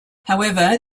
however